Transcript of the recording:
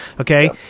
Okay